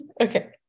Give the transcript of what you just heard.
okay